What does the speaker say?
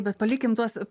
bet palikim tuos